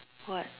what